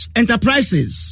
enterprises